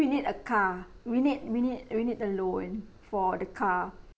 we need a car we need we need we need a loan for the car